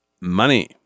Money